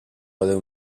deu